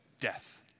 death